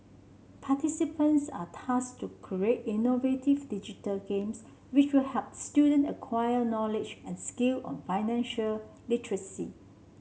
participants are tasked to create innovative digital games which could help student acquire knowledge and skill on financial literacy